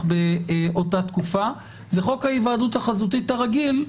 באותה תקופה וחוק ההיוועדות החזותית הרגיל,